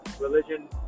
religion